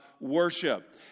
worship